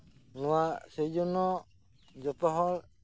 ᱱᱚᱣᱟ ᱥᱮᱭ ᱡᱚᱱᱱᱚ ᱡᱚᱛᱚᱦᱚᱲ